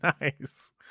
nice